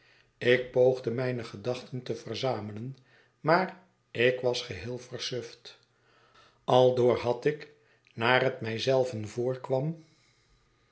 ik poogde mijne gedachten te verzamelen maar ik was geheel versuft aldoor had ik naar het mij zelven voorkwam